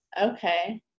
Okay